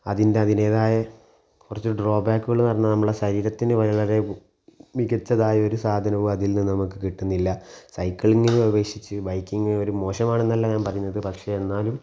അതിൻ്റെ അതിൻ്റേതായ കുറച്ച് ഡ്രോബാക്കുകൾ പറഞ്ഞാൽ നമ്മളെ ശരീരത്തിന് വളരേ മികച്ചതായ ഒരു സാധനവും അതിൽ നിന്ന് നമുക്ക് കിട്ടുന്നില്ല സൈക്ലിങ്ങിനെ അപേക്ഷിച്ച് ബൈക്കിംഗ് ഒരു മോശമാണെന്നല്ല ഞാൻ പറയുന്നത് പക്ഷേ എന്നാലും